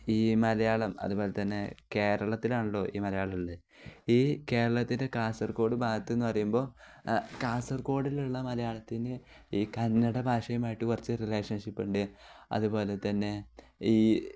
ഈ മലയാളം അതുപോലെ തന്നെ കേരളത്തിലാണല്ലോ ഈ മലയാളമുള്ളത് ഈ കേരളത്തിൻ്റെ കാസർഗോഡ് ഭാഗത്തു നിന്ന് പറയുമ്പോൾ കാസർഗോഡിലുള്ള മലയാളത്തിന് ഈ കന്നഡ ഭാഷയുമായിട്ട് കുറച്ചു റിലേഷൻഷിപ്പ് ഉണ്ട് അതുപോലെ തന്നെ ഈ